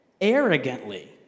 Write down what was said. arrogantly